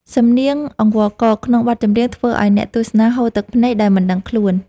សំនៀងអង្វរករក្នុងបទចម្រៀង ធ្វើឱ្យអ្នកទស្សនាហូរទឹកភ្នែកដោយមិនដឹងខ្លួន។